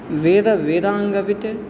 वेदवेदाङ्गवित्